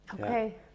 okay